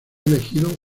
elegido